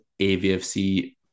AVFC